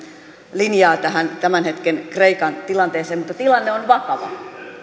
linjaa tähän tämän hetken kreikan tilanteeseen mutta tilanne on vakava ja